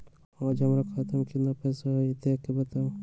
आज हमरा खाता में केतना पैसा हई देख के बताउ?